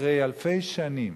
אחרי אלפי שנים,